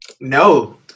No